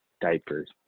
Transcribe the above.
diapers